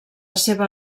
seva